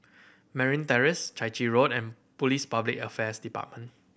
Merryn Terrace Chai Chee Road and Police Public Affairs Department